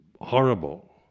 horrible